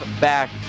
back